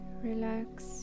relax